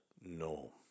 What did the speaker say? No